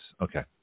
okay